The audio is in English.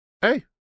Hey